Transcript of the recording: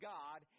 God